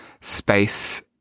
space